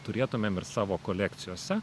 turėtumėm ir savo kolekcijose